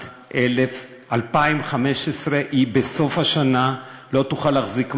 2015. היא בסוף השנה לא תוכל להחזיק מעמד.